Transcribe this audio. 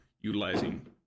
utilizing